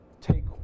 take